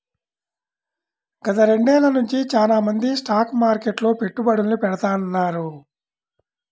గత రెండేళ్ళ నుంచి చానా మంది స్టాక్ మార్కెట్లో పెట్టుబడుల్ని పెడతాన్నారు